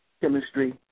chemistry